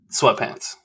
Sweatpants